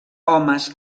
homes